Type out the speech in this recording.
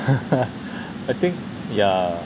I think ya